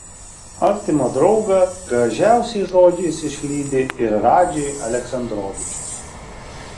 artimą draugą gražiausiais žodžiais išlydi ir radži aleksandrovičius